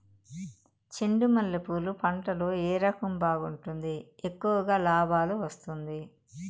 చెండు మల్లె పూలు పంట లో ఏ రకం బాగుంటుంది, ఎక్కువగా లాభాలు వస్తుంది?